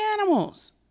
animals